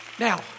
Now